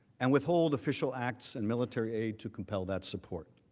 and withhold official acts and military aid to compel that support.